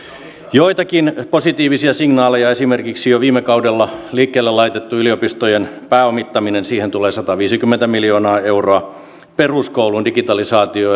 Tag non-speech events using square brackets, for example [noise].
joitakin positiivisia signaaleja esimerkiksi jo viime kaudella liikkeelle laitettu yliopistojen pääomittaminen siihen tulee sataviisikymmentä miljoonaa euroa peruskoulun digitalisaatio [unintelligible]